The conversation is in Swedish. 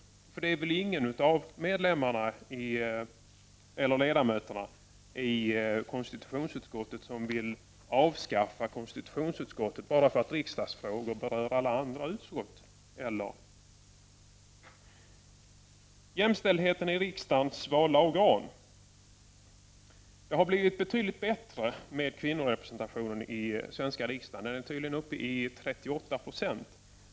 För det är väl ingen av ledamöterna i konstitutionsutskottet som vill avskaffa konstitutionsutskottet bara för att riksdagsfrågor berör alla andra utskott, eller ? Jämställdheten i riksdagens valda organ. Det har blivit betydligt bättre med kvinnorepresentationen i svenska riksdagen. Den är tydligen uppe i 38 70.